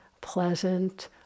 pleasant